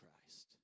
Christ